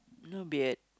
no beard